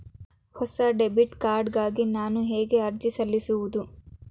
ಹೊಸ debit card ಗಾಗಿ ನಾನು ಹೇಗೆ ಅರ್ಜಿ ಸಲ್ಲಿಸುವುದು?